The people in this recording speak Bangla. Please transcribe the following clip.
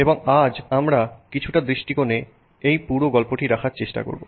এবং আজ আমরা কিছুটা দৃষ্টিকোণে এই পুরো গল্পটি রাখার চেষ্টা করব